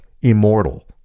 immortal